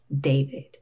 David